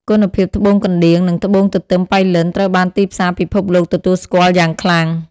គុណភាពត្បូងកណ្ដៀង និងត្បូងទទឺមប៉ៃលិនត្រូវបានទីផ្សាពិភពលោកទទួលស្គាល់យ៉ាងខ្លាំង។